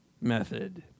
method